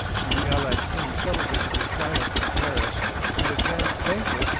when the allied kings celebrated their triumph in paris at a grand banquet,